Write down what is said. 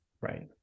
right